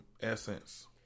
essence